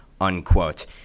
unquote